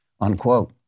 unquote